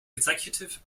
executive